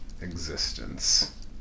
existence